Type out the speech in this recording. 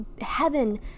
heaven